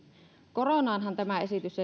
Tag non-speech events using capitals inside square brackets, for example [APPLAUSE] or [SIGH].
koronaanhan tämä esitys [UNINTELLIGIBLE]